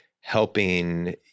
helping